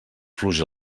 fluix